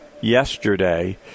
yesterday